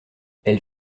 elle